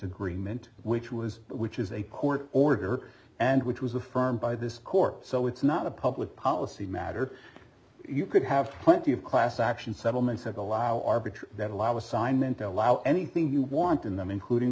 agreement which was which is a court order and which was affirmed by this court so it's not a public policy matter you could have plenty of class action settlement sec allow arbitron that allow assignment allow anything you want in them including